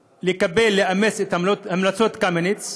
לקבל, לאמץ, את המלצות קמיניץ,